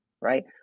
right